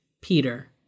Peter